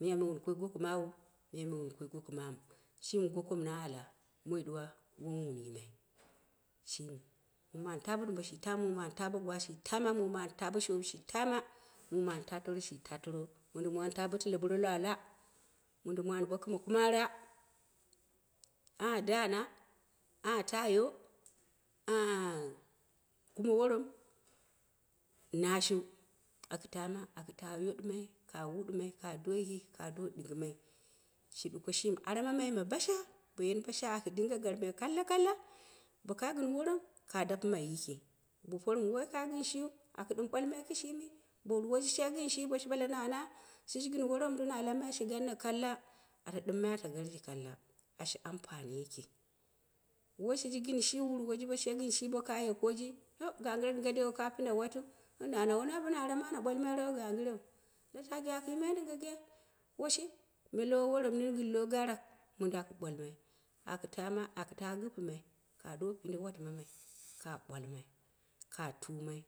miyai me wun koi goko mawu, miyaime wdu koi goko mowu, shimi pokom na ala moi ɗuwa wom wun yimai, shimi, mumi anta bodubo an tana mumu an ta bogwa shitama, mu mu anta boshowi, shi tama, mu mu an ta toro shi ta toro, madin mu anta bo tile buro lwa lwa, modin mu an bo kɨme kumo ara, a a dana a a tayo kumo worom nashu akɨ kama, akɨta yuɗɨ mai ka wuɗumai ka doyɨki ka do ɗingɨ mai, shi ɗuko shini oura manai ma bash ai, bo yen basha, aku dinga garmai kalla kalla, boka gɨn worom, ka dapɨ mai yiki, bo pormɨ waika gɨm shiru, aku ɗim bwalmai kishimi bo duwoji shegɨn shi boshi ɓale nana shijin gɨn woromru na lammai shi ganno kaka, at ɗɨmanai ata ɗɨ mmai ata garji kalla, ashi ampani yiki, woshiji gɨn shiu, wur woji bo bɨn bo kaye koji ogagɨre mɨndai waka punda watiu? Nana wana bɨna ara mɨ ana ɓwalmai rau gangɨre u ge aku yimai ɗɨ nga ge? Woshi me lo woron nini gɨn lo garak miɗdtɨn ɓwal mai, akɨ tama akɨ ta gipɨ mai, kado punde wati mamai, ka bwalmai ka tumai.